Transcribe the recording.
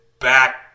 back